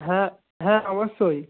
হ্যাঁ হ্যাঁ অবশ্যই